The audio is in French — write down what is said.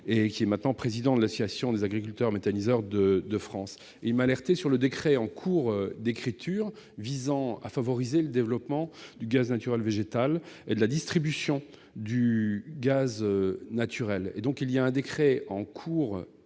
Aujourd'hui président de l'Association des agriculteurs méthaniseurs de France, il m'a alerté sur le décret en cours d'écriture visant à favoriser le développement du gaz naturel végétal et de la distribution du gaz naturel. Dans le cadre de la